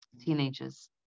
teenagers